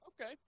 Okay